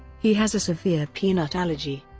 he has a severe peanut allergy.